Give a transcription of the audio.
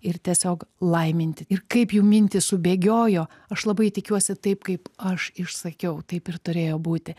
ir tiesiog laiminti ir kaip jų mintys subėgiojo aš labai tikiuosi taip kaip aš išsakiau taip ir turėjo būti